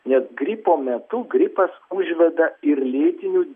nes gripo metu gripas užveda ir lėtinių